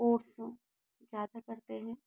course ज़्यादा करते हैं